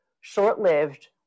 short-lived